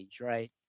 right